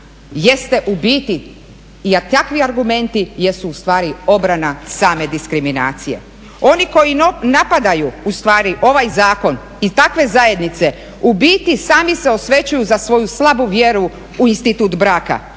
jeste u biti jer takvi argumenti jesu ustvari obrana same diskriminacije. Oni koji napadaju ustvari ovaj zakon i takve zajednici u biti sami sebi se osvećuju za svoju slabu vjeru u institut braka